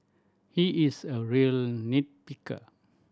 he is a real nit picker